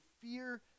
fear